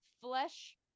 flesh